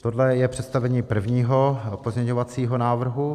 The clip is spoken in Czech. Tohle je představení prvního pozměňovacího návrhu.